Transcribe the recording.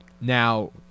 Now